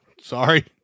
Sorry